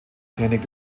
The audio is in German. technik